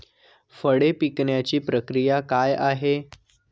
फळे पिकण्याची प्रक्रिया काय आहे?